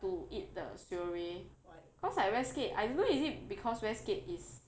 to eat the seorae because like westgate I don't know is it because westgate is